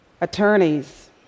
attorneys